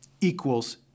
equals